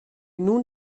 nun